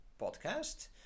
podcast